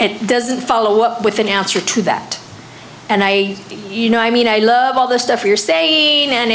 it doesn't follow up with an answer to that and i you know i mean i love all the stuff you're saying and